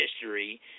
history